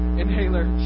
inhaler